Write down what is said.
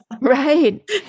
Right